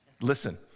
Listen